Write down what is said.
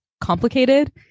complicated